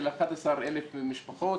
ל-11,000 משפחות.